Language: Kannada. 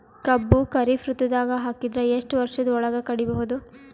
ಕಬ್ಬು ಖರೀಫ್ ಋತುದಾಗ ಹಾಕಿದರ ಎಷ್ಟ ವರ್ಷದ ಒಳಗ ಕಡಿಬಹುದು?